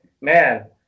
man